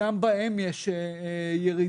גם בהם יש ירידה,